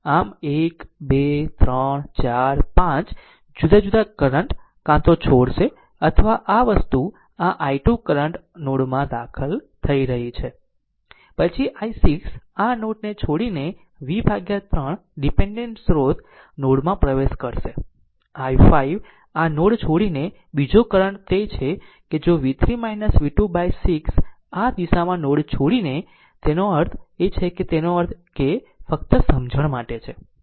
આમ 1 2 3 4 5 જુદા જુદા કરંટ કાં તો છોડશે અથવા આ વસ્તુ આ i2 કરંટ નોડ માં દાખલ થઈ રહી છે પછી i6 કરંટ આ નોડ ને છોડીને v 3 ડીપેન્ડેન્ટ સ્રોત નોડ માં પ્રવેશ કરશે i5 કરંટ આ નોડ છોડીને બીજો કરંટ તે છે કે જો v3 v2 by 6 આ દિશામાં નોડ છોડીને તેનો અર્થ એ છે કે તેનો અર્થ ફક્ત સમજણ માટે છે